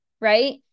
right